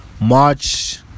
March